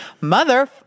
Mother